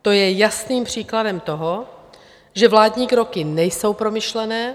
To je jasným příkladem toho, že vládní kroky nejsou promyšlené.